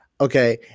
Okay